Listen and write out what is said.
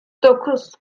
dokuz